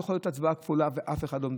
הצבעה כפולה, ואף אחד לא מדבר.